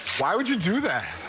why would you do that.